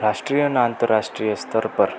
રાષ્ટ્રીય અને આંતરરાષ્ટ્રીય સ્તર પર